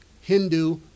Hindu